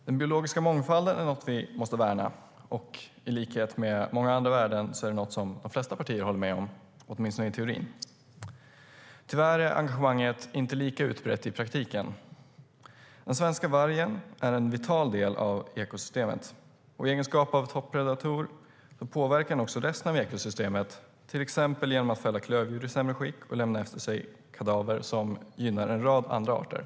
Herr talman! Den biologiska mångfalden är någonting som vi måste värna. I likhet med många andra värden är det någonting som de flesta partier håller med om, åtminstone i teorin. Tyvärr är engagemanget inte lika utbrett i praktiken. Den svenska vargen är en vital del av ekosystemet. I egenskap av toppredator påverkar den också resten av ekosystemet, till exempel genom att fälla klövdjur i sämre skick och lämna efter sig kadaver som gynnar en rad andra arter.